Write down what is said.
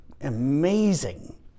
amazing